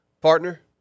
partner